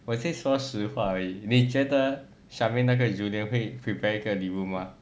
我是说实话而已你觉得 charmaine 那个 junior 会 prepare 一个礼物吗